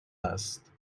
هست